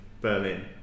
Berlin